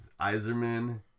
Iserman